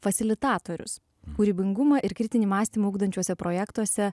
fasilitatorius kūrybingumą ir kritinį mąstymą ugdančiuose projektuose